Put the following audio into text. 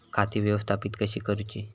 खाती व्यवस्थापित कशी करूची?